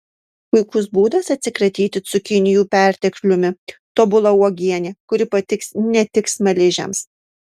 puikus būdas atsikratyti cukinijų pertekliumi tobula uogienė kuri patiks ne tik smaližiams